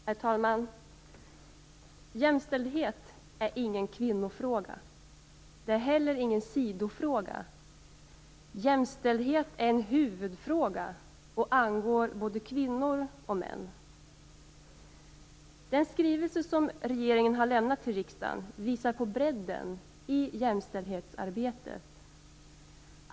Herr talman! Jämställdhet är ingen kvinnofråga. Det är heller ingen sidofråga. Jämställdhet är en huvudfråga som angår både kvinnor och män. Den skrivelse som regeringen har lämnat till riksdagen visar på bredden i jämställdhetsarbetet.